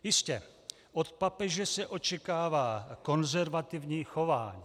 Jistě, od papeže se očekává konzervativní chování.